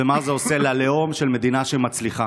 ומה זה עושה ללאום של מדינה שמצליחה.